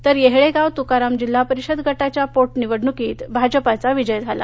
तर येहळेगाव तुकाराम जिल्हापरिषद गटाच्या पोट निवडणुकीत भाजपाचा विजय झाला